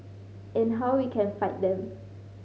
and how we can fight them